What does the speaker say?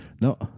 No